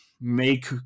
make